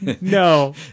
No